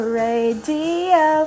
radio